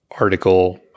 article